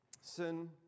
sin